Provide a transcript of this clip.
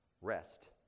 rest